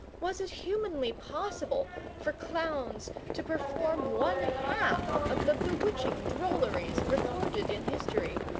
was it humanly possible for clowns to perform one-half of the bewitching drolleries recorded in history?